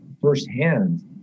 firsthand